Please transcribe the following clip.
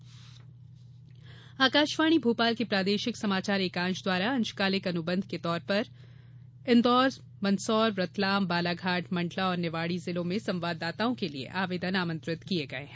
अंशकालिक संवाददाता आकाशवाणी भोपाल के प्रादेशिक समाचार एकांश द्वारा अंशकालिक अनुबंध के आधार पर इन्दौर मंदसौर रतलाम बालाघाट मंडला और निवाड़ी जिलों में संवाददाताओं के लिये आवेदन आमंत्रित किये गये हैं